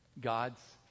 god's